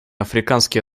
африканские